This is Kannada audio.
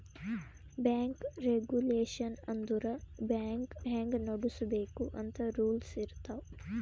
ಬ್ಯಾಂಕ್ ರೇಗುಲೇಷನ್ ಅಂದುರ್ ಬ್ಯಾಂಕ್ ಹ್ಯಾಂಗ್ ನಡುಸ್ಬೇಕ್ ಅಂತ್ ರೂಲ್ಸ್ ಇರ್ತಾವ್